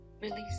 Release